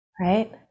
Right